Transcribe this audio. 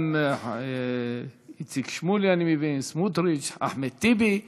גם איציק שמולי, אני מבין, סמוטריץ, אחמד טיבי,